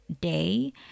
day